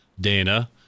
dana